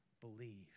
believe